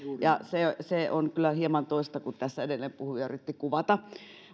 ja se on kyllä hieman toista kuin tässä edellinen puhuja yritti kuvata